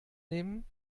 nehmen